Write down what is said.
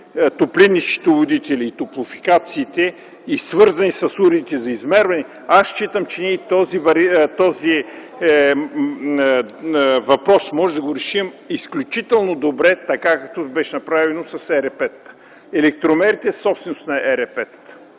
топлинни счетоводители и топлофикациите и свързани с уредите за измерване, аз считам, че този въпрос може да го решим изключително добре, така както беше направено с ЕРП-та, електромерите собственост на ЕРП.